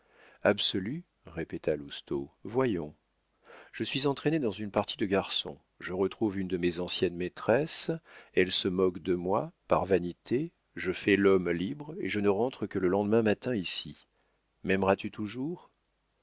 absolu absolu répéta lousteau voyons je suis entraîné dans une partie de garçon je retrouve une de mes anciennes maîtresses elle se moque de moi par vanité je fais l'homme libre et je ne rentre que le lendemain matin ici maimerais tu toujours